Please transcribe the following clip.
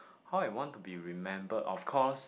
how I want to be remembered of course